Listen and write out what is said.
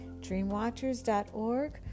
Dreamwatchers.org